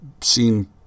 seen